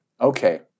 Okay